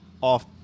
off